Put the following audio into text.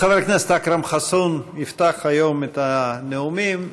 הכנסת אכרם חסון יפתח היום את הנאומים,